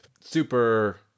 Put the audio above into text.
super